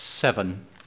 seven